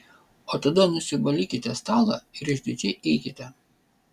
o tada nusivalykite stalą ir išdidžiai eikite